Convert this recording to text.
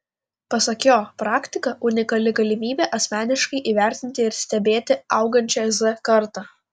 pasak jo praktika unikali galimybė asmeniškai įvertinti ir stebėti augančią z kartą